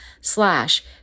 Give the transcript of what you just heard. slash